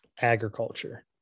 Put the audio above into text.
agriculture